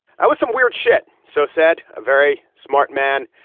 i was some weird shit, so said a very smart man,